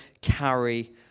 carry